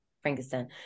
Frankenstein